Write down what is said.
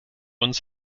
uns